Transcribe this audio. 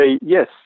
yes